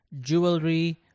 jewelry